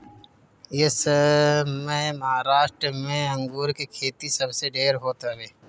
एसमय महाराष्ट्र में अंगूर के खेती सबसे ढेर होत हवे